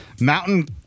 mountain